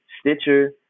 Stitcher